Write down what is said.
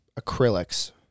acrylics